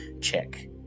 check